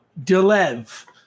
DeLev